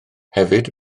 hefyd